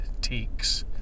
teaks